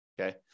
okay